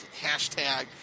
hashtag